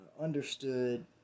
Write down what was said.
understood